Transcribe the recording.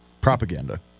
Propaganda